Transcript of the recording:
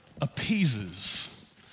appeases